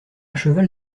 cheval